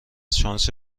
شانس